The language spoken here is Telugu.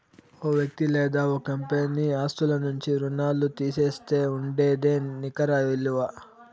ఓ వ్యక్తి లేదా ఓ కంపెనీ ఆస్తుల నుంచి రుణాల్లు తీసేస్తే ఉండేదే నికర ఇలువ